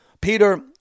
Peter